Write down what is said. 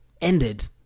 ended